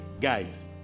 guys